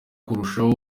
kurushaho